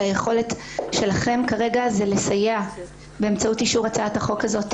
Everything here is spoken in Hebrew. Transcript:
יש לכם יכולת כרגע לסייע באמצעות אישור הצעת החוק הזאת,